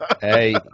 Hey